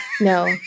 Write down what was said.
No